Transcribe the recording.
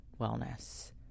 wellness